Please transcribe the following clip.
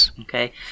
Okay